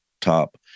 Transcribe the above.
top